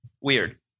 Weird